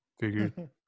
Figured